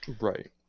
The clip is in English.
right